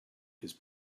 his